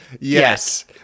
Yes